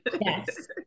yes